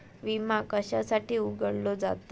विमा कशासाठी उघडलो जाता?